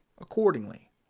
accordingly